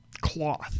cloth